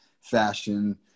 fashion